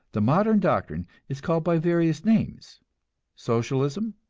the modern doctrine is called by various names socialism,